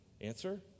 Answer